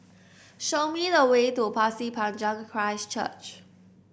show me the way to Pasir Panjang Christ Church